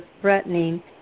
threatening